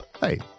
Hey